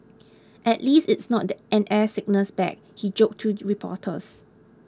at least it's not an air sickness bag he joked to reporters